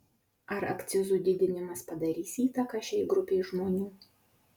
ar akcizų didinimas padarys įtaką šiai grupei žmonių